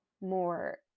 more